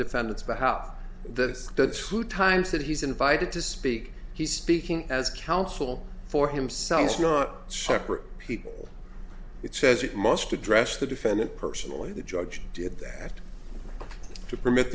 defendant's but how that is done through times that he's invited to speak he's speaking as counsel for himself is not separate people it says it must address the defendant personally the judge did that to permit